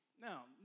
Now